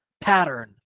pattern